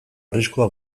arriskua